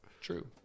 True